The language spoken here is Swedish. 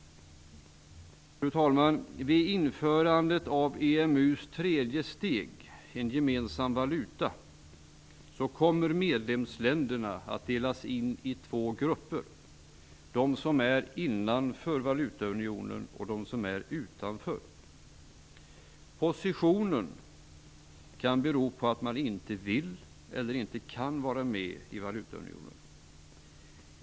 Vid införandet av EMU:s tredje steg, en gemensam valuta, kommer medlemsländerna att delas in i två grupper: de som är innanför valutaunionen och de som är utanför. Positionen kan bero på att man inte vill eller inte kan vara med i valutaunionen.